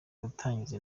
gutangiza